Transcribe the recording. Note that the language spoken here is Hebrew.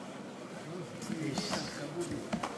בבקשה, אדוני.